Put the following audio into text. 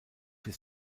his